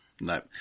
No